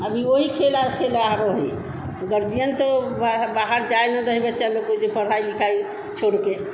अभी वही खेल खेल रहा अब वही गर्जियन तो बाहर बाहर जाए ना देहें बच्चे लोग को जो पढ़ाई लिखाई छोड़कर